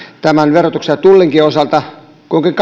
tämän verotuksen ja tullinkin osalta